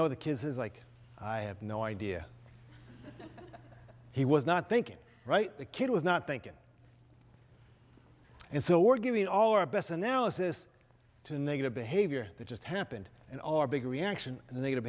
know the kids is like i have no idea he was not thinking right the kid was not thinking and so we're giving all our best analysis to negative behavior that just happened and all our big reaction